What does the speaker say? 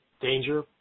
danger